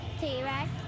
T-Rex